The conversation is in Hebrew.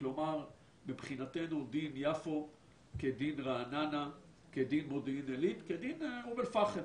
כלומר מבחינתנו דין יפו כדין רעננה כדין מודיעין עילית כדין אום אל פחם,